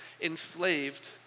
enslaved